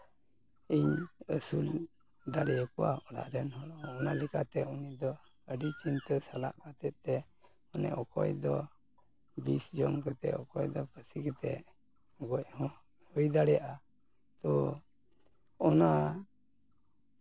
ᱤᱧ ᱟᱹᱥᱩᱞ ᱫᱟᱲᱮᱭᱟᱠᱚᱣᱟ ᱚᱲᱟᱜ ᱨᱮᱱ ᱦᱚᱲ ᱚᱱᱟ ᱞᱮᱠᱟᱛᱮ ᱩᱱᱤ ᱫᱚ ᱟᱹᱰᱤ ᱪᱤᱱᱛᱟᱹ ᱥᱟᱞᱟᱜ ᱠᱟᱛᱮᱫ ᱛᱮ ᱢᱟᱱᱮ ᱚᱠᱚᱭ ᱫᱚ ᱵᱤᱥ ᱡᱚᱢ ᱠᱟᱛᱮᱫ ᱚᱠᱚᱭ ᱫᱚ ᱯᱷᱟᱸᱥᱤ ᱠᱟᱛᱮ ᱜᱚᱡ ᱦᱚᱸ ᱦᱩᱭ ᱫᱟᱲᱮᱭᱟᱜᱼᱟ ᱛᱚ ᱚᱱᱟ